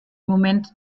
moment